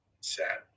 Sad